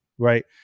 right